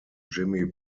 jimmy